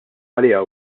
għaliha